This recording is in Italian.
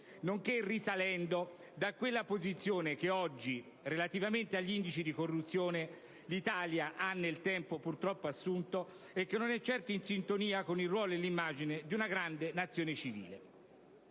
nonché risalendo da quella posizione che oggi, relativamente agli indici di corruzione, l'Italia nel tempo ha purtroppo assunto e che non è certo in sintonia con il ruolo e l'immagine di una grande nazione civile.